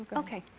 ok.